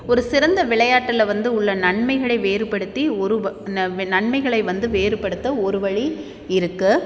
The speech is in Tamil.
ஒரு சிறந்த விளையாட்டில் வந்து உள்ள நன்மைகளை வேறுபடுத்தி ஒரு நன்மைகளை வந்து வேறுபடுத்த ஒரு வழி இருக்கு